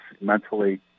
mentally